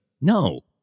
no